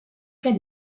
cas